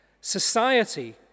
society